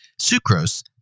sucrose